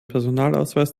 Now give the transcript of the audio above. personalausweis